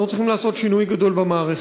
אנחנו צריכים לעשות שינוי גדול במערכת,